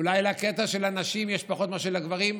אולי לקטע של הנשים יש פחות מאשר לגברים,